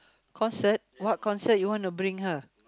concert what concert you want to bring her